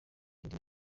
indi